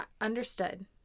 understood